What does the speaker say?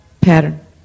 pattern